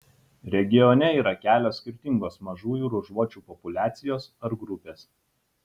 regione yra kelios skirtingos mažųjų ruožuočių populiacijos ar grupės